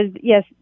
yes